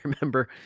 remember